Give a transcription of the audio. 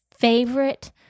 Favorite